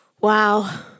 wow